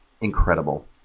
Incredible